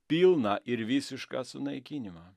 pilną ir visišką sunaikinimą